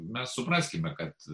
mes supraskime kad